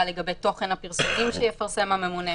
לגבי תוכן הפרסומים שיפרסם הממונים.